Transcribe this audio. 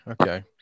Okay